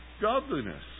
Godliness